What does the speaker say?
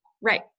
Right